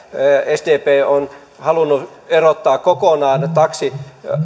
sdp on halunnut erottaa taksit